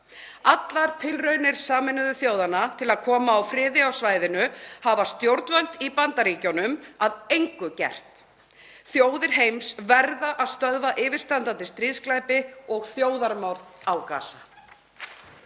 Allar tilraunir Sameinuðu þjóðanna til að koma á friði á svæðinu hafa stjórnvöld í Bandaríkjunum að engu gert. Þjóðir heims verða að stöðva yfirstandandi stríðsglæpi og þjóðarmorð á Gaza.